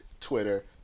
Twitter